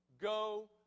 go